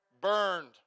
burned